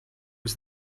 was